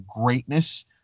greatness